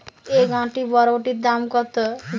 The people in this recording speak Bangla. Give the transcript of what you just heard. এক আঁটি বরবটির দাম কত?